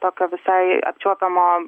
tokio visai apčiuopiamo